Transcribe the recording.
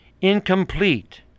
incomplete